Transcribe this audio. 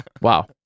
wow